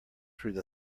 through